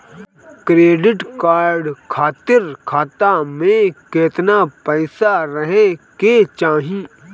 Credit card खातिर खाता में केतना पइसा रहे के चाही?